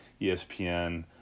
ESPN